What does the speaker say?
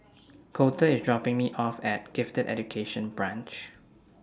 Colter IS dropping Me off At Gifted Education Branch